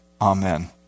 amen